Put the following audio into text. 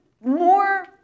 more